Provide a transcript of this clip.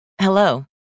Hello